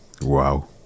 Wow